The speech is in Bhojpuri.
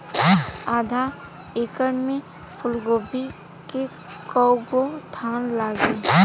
आधा एकड़ में फूलगोभी के कव गो थान लागी?